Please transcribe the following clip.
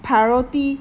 priority